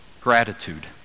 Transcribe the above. gratitude